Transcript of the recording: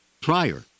prior